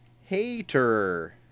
Hater